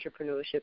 entrepreneurship